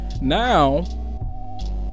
now